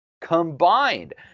combined